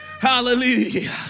Hallelujah